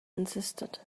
insisted